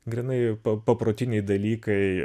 grynai paprotiniai dalykai